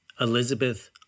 Elizabeth